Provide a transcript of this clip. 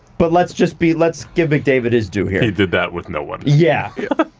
but let's just be, let's give mcdavid his due. he did that with no one. yeah,